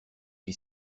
qui